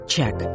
Check